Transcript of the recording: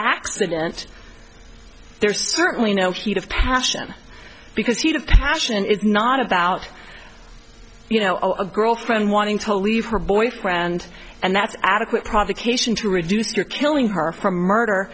accident there's certainly no heat of passion because heat of passion is not about you know a girlfriend wanting to leave her boyfriend and that's adequate provocation to reduce your killing her from murder